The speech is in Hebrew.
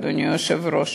אדוני היושב-ראש,